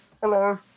Hello